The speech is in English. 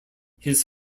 his